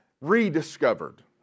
rediscovered